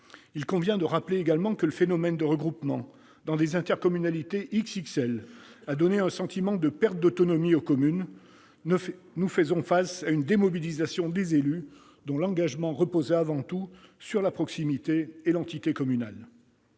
Il convient de rappeler également que le phénomène de regroupement dans des intercommunalités de taille XXL a donné un sentiment de perte d'autonomie aux communes. Nous faisons face à une démobilisation des élus, dont l'engagement reposait avant tout sur la proximité et l'entité communale.